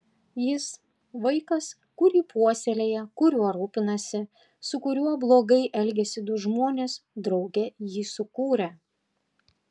jis vaikas kurį puoselėja kuriuo rūpinasi su kuriuo blogai elgiasi du žmonės drauge jį sukūrę